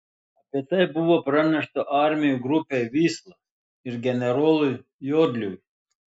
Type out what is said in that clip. apie tai buvo pranešta armijų grupei vysla ir generolui jodliui